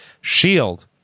Shield